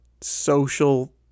social